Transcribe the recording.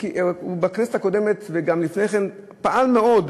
בכנסת הקודמת וגם לפני כן פעל רבות